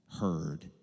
heard